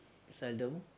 seldom